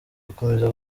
gukomeza